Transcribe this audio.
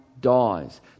dies